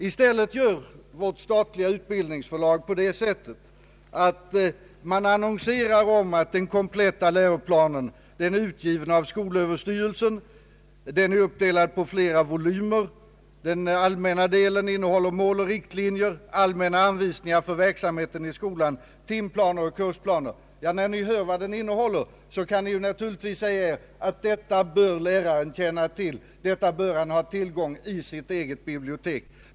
I stället gör vårt statliga utbildningsförlag på det sättet att man annonserar om att den kompletta läroplanen är utgiven av skolöverstyrelsen. Den är uppdelad på flera volymer. Den allmänna delen innehåller mål och riktlinjer, allmänna anvisningar för verksamheten i skolan, timplaner och kursplaner. När ni hör vad den innehåller kan ni naturligtvis säga att detta bör läraren känna till, detta bör han ha tillgång till i sitt eget bibliotek.